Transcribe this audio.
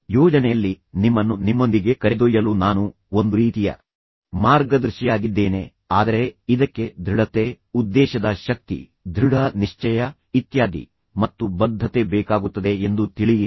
ಯೋಜನೆಯಲ್ಲಿ ನಿಮ್ಮನ್ನು ನಿಮ್ಮೊಂದಿಗೆ ಕರೆದೊಯ್ಯಲು ನಾನು ಒಂದು ರೀತಿಯ ಮಾರ್ಗದರ್ಶಿಯಾಗಿದ್ದೇನೆ ಆದರೆ ನೀವು ಇದಕ್ಕೆ ದೃಢತೆ ಉದ್ದೇಶದ ಶಕ್ತಿ ದೃಢ ನಿಶ್ಚಯ ತೆಗೆದುಕೊಳ್ಳುವ ಇಚ್ಛೆ ಅಪಾಯ ಇತ್ಯಾದಿ ಮತ್ತು ಬದ್ಧತೆ ಬೇಕಾಗುತ್ತದೆ ಎಂದು ತಿಳಿಯಿರಿ